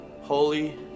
holy